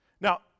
Now